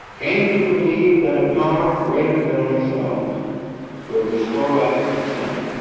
came to believe that a power greater than ourselves could restore us to sanity